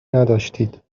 نداشتید